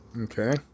Okay